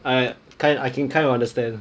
I kind I can kind of understand